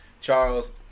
Charles